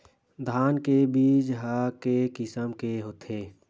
धान के बीजा ह के किसम के होथे?